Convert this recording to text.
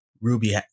ruby